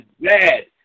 bad